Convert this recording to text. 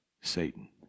Satan